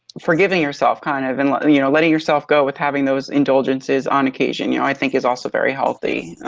forgiving yourself kind of, and let the you know letting yourself go with having those indulgences on occasion you know i think is also very healthy.